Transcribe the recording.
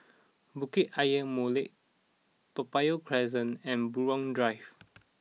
Bukit Ayer Molek Toa Payoh Crest and Buroh Drive